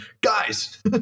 Guys